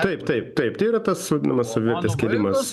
taip taip taip tai yra tas vadinamas savivertės kėlimas